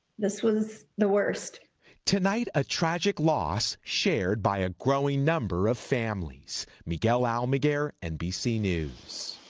this was the worst tonight a tragic loss shared by a growing number of families. miguel almaguer, nbc news.